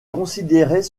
considérait